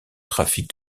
trafic